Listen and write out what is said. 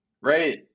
Right